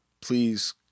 please